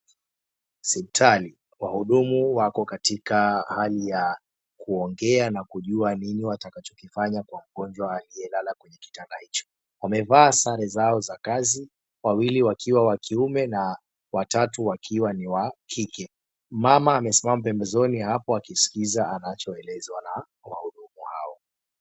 Siptali wahudumu wako katika hali ya kuongea na kujua nini watakacho kifanya kwa mgonjwa aliyelala kwenye kitanda hicho. Wamevaa sare zao za kazi, wawili wakiwa wakiume na watatu wakiwa ni wa kike. Mama amesimama pembezoni apo akiskiza anachoelezwa na wahudumu hao.